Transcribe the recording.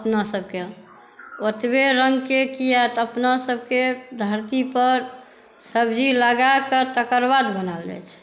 अपनासभके ओतबे रंगके किया तऽ अपनासभके धरती पर सब्ज़ी लगाके तेकर बाद बनायल जाय छै